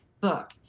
book